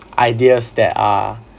ideas that are